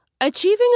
Achieving